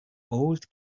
old